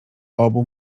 obu